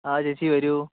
ആ ചേച്ചി വരൂ